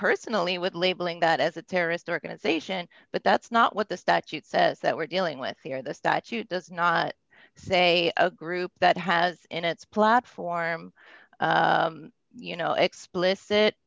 personally with labeling that as a terrorist organization but that's not what the statute says that we're dealing with here the statute does not say a group that has in its platform you know explicit